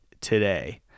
today